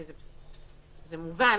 וזה מובן,